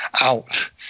Out